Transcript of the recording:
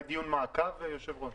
אולי דיון מעקב, היושב-ראש?